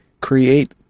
create